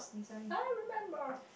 I remember